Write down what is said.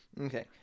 Okay